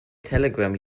telegram